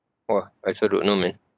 !wah! I also don't know man